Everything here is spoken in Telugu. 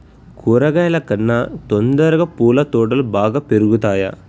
కూరగాయల కన్నా తొందరగా పూల తోటలు బాగా పెరుగుతయా?